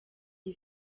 iyo